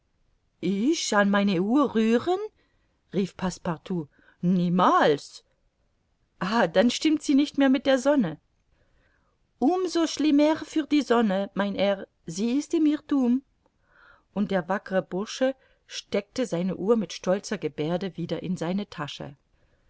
ich an meine uhr rühren rief passepartout niemals ah dann stimmt sie nicht mehr mit der sonne um so schlimmer für die sonne mein herr sie ist im irrthum und der wackere bursche steckte seine uhr mit stolzer geberde wieder in seine tasche